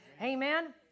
Amen